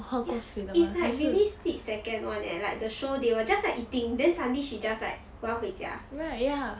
ya is like really split second [one] leh like the show they were just like eating then suddenly she just like 我要回家